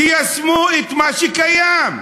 תיישמו את מה שקיים.